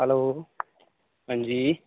hello अंजी